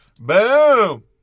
Boom